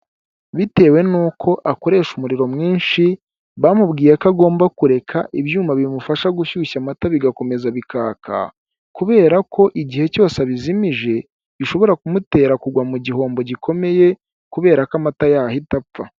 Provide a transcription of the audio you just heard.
Bitewe nuko akoresha umuriro mwinshi bamubwiyeko agomba kureka ibyuma bimufasha gushyushya amata bigakomeza bikaka kubera ko igihe cyose abijimije bishobora ku mutera kugwa mu gihombo gikomeye kubera ko amata yahita apfa.